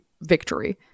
victory